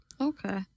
Okay